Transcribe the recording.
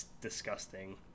disgusting